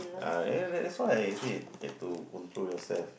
ah that that's why I said have to control yourself